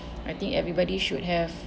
I think everybody should have